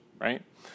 right